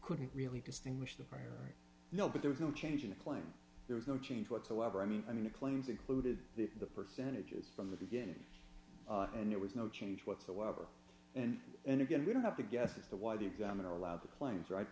couldn't really distinguish them from here no but there was no change in the claim there was no change whatsoever i mean i mean the claims included the percentages from the beginning and there was no change whatsoever and then again we don't have to guess as to why the examiner allowed the claims right